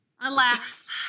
Alas